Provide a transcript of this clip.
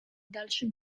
dalszym